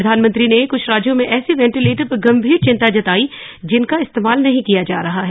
प्रधानमंत्री ने कुछ राज्यों में ऐसे वेंटीलेटर पर गंभीर चिंता जताई जिनका इस्तेमाल नहीं किया जा रहा है